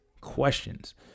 questions